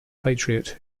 patriot